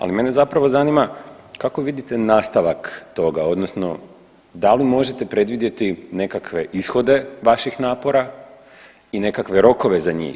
Ali mene zapravo zanima kako vidite nastavak toga, odnosno da li možete predvidjeti nekakve ishode vaših napora i nekakve rokove za njih.